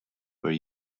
were